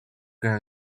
grab